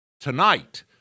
Tonight